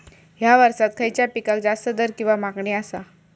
हया वर्सात खइच्या पिकाक जास्त दर किंवा मागणी आसा?